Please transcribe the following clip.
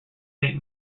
saint